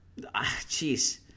Jeez